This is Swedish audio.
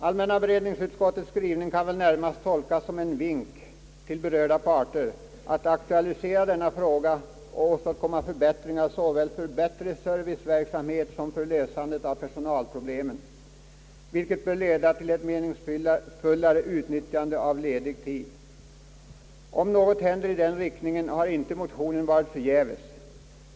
Allmänna beredningsutskottets skrivning kan väl närmast tolkas såsom en vink till berörda parter att aktualisera denna fråga och åstadkomma förbättringar, såväl för serviceverksamheten som vid lösandet av personalproblemen, vilket bör leda till ett meningsfullare utnyttjande av ledig tid. Om något händer i den riktningen, har motionen inte varit förgäves.